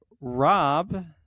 Rob